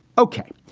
ok,